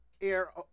air